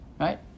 right